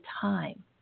time